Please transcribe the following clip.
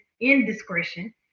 indiscretion